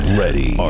ready